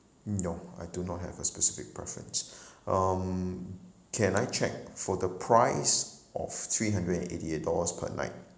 no I do not have a specific preference um can I check for the price of three hundred and eighty eight dollars per night